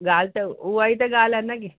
ॻाल्हि त उहा ई त ॻाल्हि आहे न की